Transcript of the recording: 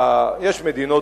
יש מדינות,